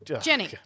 Jenny